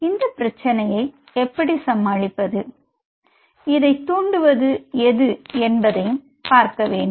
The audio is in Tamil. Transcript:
இந்த பிரச்சனையை எப்படி சமாளிப்பது இதை தூண்டுவது எது என்பதையும் பார்க்க வேண்டும்